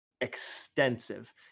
extensive